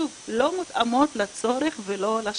שוב, לא מותאמות לצורך ולשלב.